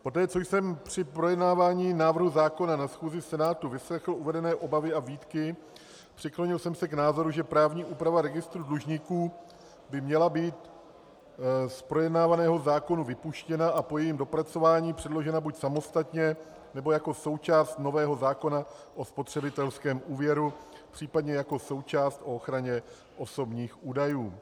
Poté co jsem při projednávání návrhu zákona na schůzi Senátu vyslechl uvedené obavy a výtky, přiklonil jsem se k názoru, že právní úprava registru dlužníků by měla být z projednávaného zákona vypuštěna a po jejím dopracování předložena buď samostatně, nebo jako součást nového zákona o spotřebitelském úvěru, případně jako součást zákona o ochraně osobních údajů.